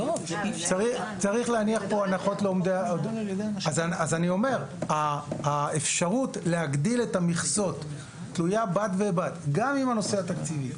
אני אומר שהאפשרות להגדיל את המכסות תלויה בד בבד גם עם הנושא התקציבי,